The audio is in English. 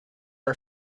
her